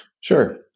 Sure